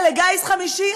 אלה גיס חמישי?